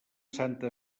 santa